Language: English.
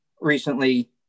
recently